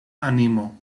animo